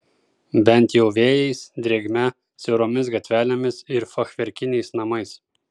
bent jau vėjais drėgme siauromis gatvelėmis ir fachverkiniais namais